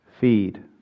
feed